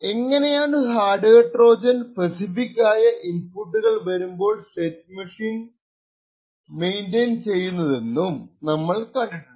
എങ്ങനെയാണു hardware trojan specific ആയ ഇൻപുട്ടുകൾ വരുമ്പോൾ സ്റ്റെറ്റ് മെഷീൻ മെയിന്റൈൻ ചെയ്യുന്നതെന്നും നമ്മൾ കണ്ടിട്ടുണ്ടായിരുന്നു